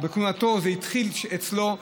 בכהונתו, זה התחיל אצלו.